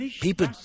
People